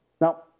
Now